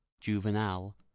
juvenal